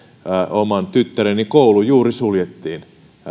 oman tyttäreni koulu juuri suljettiin